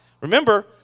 remember